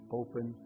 open